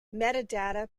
metadata